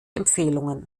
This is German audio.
empfehlungen